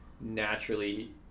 naturally